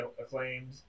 acclaimed